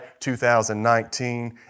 2019